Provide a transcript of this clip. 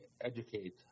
educate